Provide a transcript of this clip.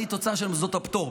אני תוצר של מוסדות הפטור,